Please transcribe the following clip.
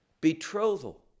betrothal